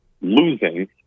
losing